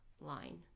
line